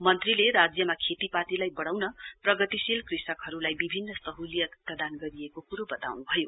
मन्त्रीले राज्यमा खेतीपातीलाई बढाउन प्रगतिशील कृषकहरूलाई विभिन्न सुहलियत प्रदान गरिएको कुरो बताउनुभयो